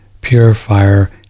purifier